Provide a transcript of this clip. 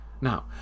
Now